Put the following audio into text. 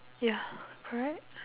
ya correct